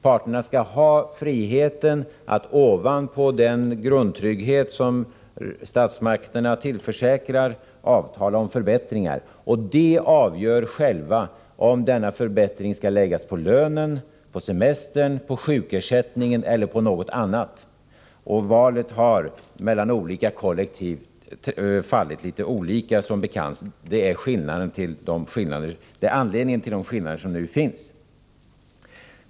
Parterna skall ha friheten att ovanpå den grundtrygghet som statsmakterna tillförsäkrar medborgarna avtala om förbättringar. Parterna avgör själva om dessa förbättringar skall läggas på lönen, semestern, sjukersättningen eller på något annat. Det valet har, som bekant, mellan olika kollektiv utfallit litet olika. Det är anledningen till de skillnader som nu finns.